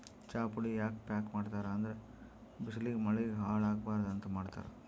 ಚಾಪುಡಿ ಯಾಕ್ ಪ್ಯಾಕ್ ಮಾಡ್ತರ್ ಅಂದ್ರ ಬಿಸ್ಲಿಗ್ ಮಳಿಗ್ ಹಾಳ್ ಆಗಬಾರ್ದ್ ಅಂತ್ ಮಾಡ್ತಾರ್